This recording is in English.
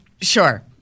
Sure